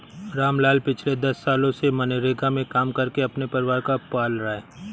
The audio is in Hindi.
रामलाल पिछले दस सालों से मनरेगा में काम करके अपने परिवार को पाल रहा है